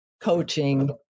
coaching